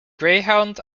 greyhound